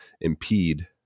impede